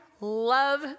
Love